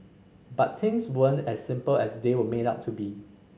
but things weren't as simple as they were made out to be